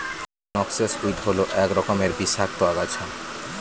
noxious weed হল এক রকমের বিষাক্ত আগাছা